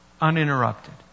uninterrupted